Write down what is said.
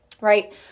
right